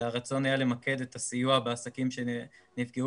כשהרצון היה למקד את הסיוע בעסקים שנפגעו